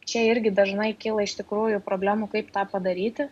čia irgi dažnai kyla iš tikrųjų problemų kaip tą padaryti